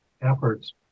efforts